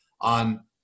on